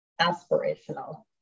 aspirational